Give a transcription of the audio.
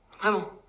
Vraiment